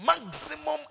Maximum